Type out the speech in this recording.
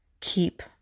keep